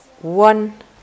One